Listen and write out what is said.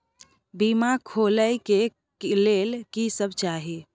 बीमा खोले के लेल की सब चाही?